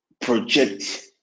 project